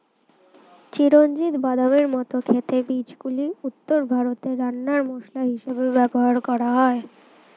চিরঞ্জিত বাদামের মত খেতে বীজগুলি উত্তর ভারতে রান্নার মসলা হিসেবে ব্যবহার হয়